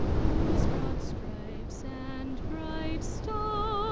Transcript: whose broad stripes and bright stars